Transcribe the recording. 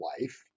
life